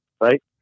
right